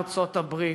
ארצות-הברית,